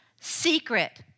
secret